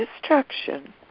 destruction